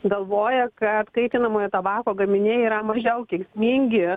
galvoja kad kaitinamojo tabako gaminiai yra mažiau kenksmingi